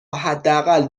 حداقل